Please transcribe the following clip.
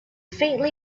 faintly